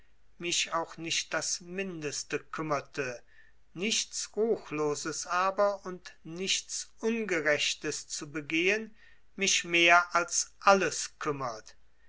mich auch nicht das mindeste kümmerte nichts ruchloses aber und nichts ungerechtes zu begehen mich mehr als alles kümmert